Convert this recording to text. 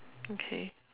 okay